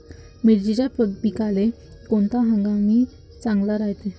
मिर्चीच्या पिकाले कोनता हंगाम चांगला रायते?